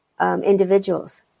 individuals